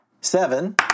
Seven